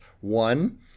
One